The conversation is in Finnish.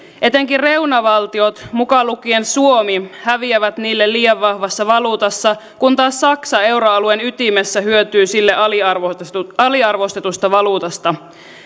etenkin reunavaltiot mukaan lukien suomi häviävät niille liian vahvassa valuutassa kun taas saksa euroalueen ytimessä hyötyy sille aliarvostetusta aliarvostetusta valuutasta